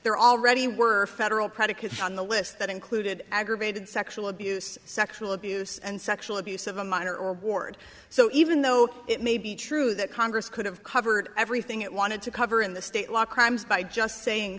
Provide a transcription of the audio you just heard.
there already were federal predicates on the list that included aggravated sexual abuse sexual abuse and sexual abuse of a minor or ward so even though it may be true that congress could have covered everything it wanted to cover in the state law crimes by just saying